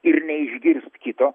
ir neišgirst kito